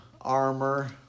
armor